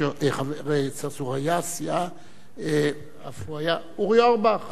צרצור היה, עפו היה, אורי אורבך.